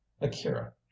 akira